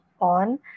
on